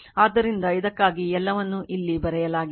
ಆದ್ದರಿಂದ ಇದಕ್ಕಾಗಿ ಎಲ್ಲವನ್ನೂ ಇಲ್ಲಿ ಬರೆಯಲಾಗಿದೆ